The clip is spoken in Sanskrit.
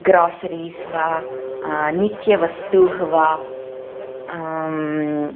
ग्रासरीस् वा नित्यवस्तूनि वा